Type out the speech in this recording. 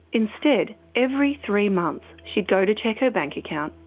instead. every three months, she'd go to check her bank account,